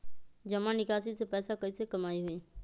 जमा निकासी से पैसा कईसे कमाई होई?